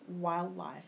wildlife